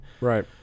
Right